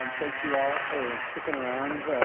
um thank you all for sticking around.